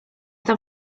tam